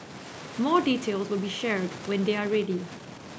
more details will be shared when they are ready